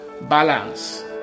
balance